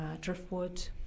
driftwood